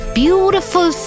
beautiful